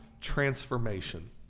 transformation